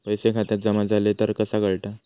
पैसे खात्यात जमा झाले तर कसा कळता?